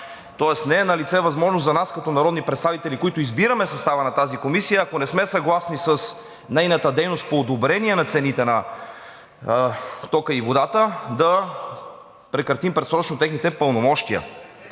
Тоест не е налице възможност за нас като народни представители, които избираме състава на тази комисия, ако не сме съгласни с нейната дейност по одобрение на цените на тока и водата, да прекратим предсрочно нейните пълномощия,